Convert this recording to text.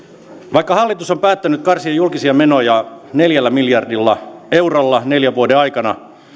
vaikka hallitus on päättänyt karsia julkisia menoja neljällä miljardilla eurolla neljän vuoden aikana